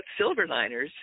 Silverliners